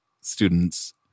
students